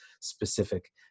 specific